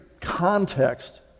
context